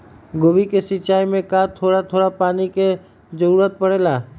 गोभी के सिचाई में का थोड़ा थोड़ा पानी के जरूरत परे ला?